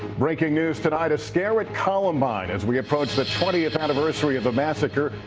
breaking news tonight. a scare at columbine, as we approach the twentieth anniversary of the massacre,